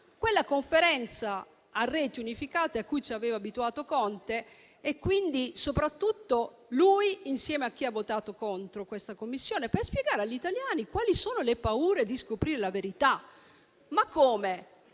quella conferenza a reti unificate a cui ci aveva abituato Conte. Aspettiamo soprattutto lui insieme a chi ha votato contro l'istituzione di questa Commissione, per spiegare agli italiani quali sono le paure di scoprire la verità. Ma come: